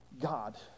god